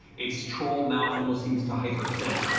its troll mouth almost seems to hyperextend